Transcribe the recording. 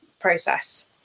process